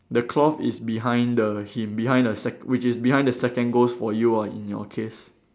the cloth is behind the him behind the sec~ which is behind the second ghost for you ah in your case